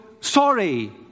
sorry